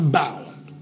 bound